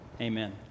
Amen